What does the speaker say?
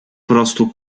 prostu